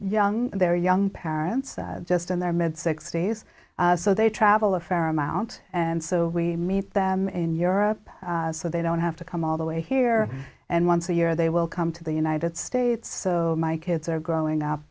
young they're young parents just in their mid sixty's so they travel a fair amount and so we meet them in europe so they don't have to come all the way here and once a year they will come to the united states so my kids are growing up